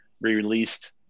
released